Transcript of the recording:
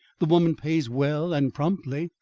the woman pays well and promptly,